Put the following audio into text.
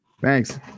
Thanks